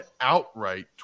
outright